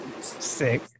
Sick